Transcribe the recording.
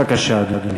בבקשה, אדוני.